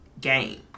game